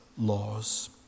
laws